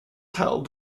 held